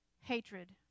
hatred